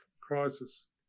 crisis